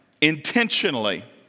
intentionally